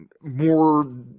more